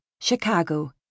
Chicago